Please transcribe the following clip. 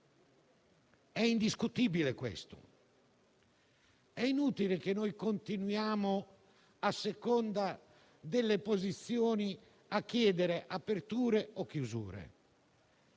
è indiscutibile. È inutile che continuiamo, a seconda delle posizioni, a chiedere aperture o chiusure